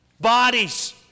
Bodies